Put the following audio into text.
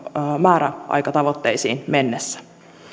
määräaikatavoitteisiin mennessä